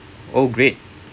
oh great